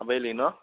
আবেলি ন